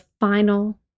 final